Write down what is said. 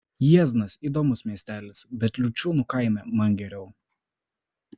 jieznas įdomus miestelis bet liučiūnų kaime man geriau